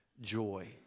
joy